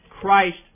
Christ